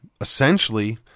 essentially